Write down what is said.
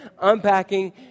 unpacking